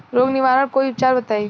रोग निवारन कोई उपचार बताई?